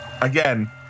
again